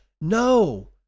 No